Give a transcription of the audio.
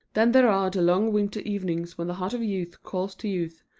then there are the long winter evenings when the heart of youth calls to youth,